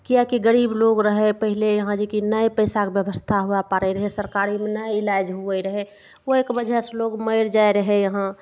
किएक कि गरीब लोग रहय पहिले यहाँ जे कि ने पैसाके व्यवस्था हुव पारय रहय सरकारीमे ने इलाज हुवै रहय ओइके वजहसँ लोग मरि जाइ रहय यहाँ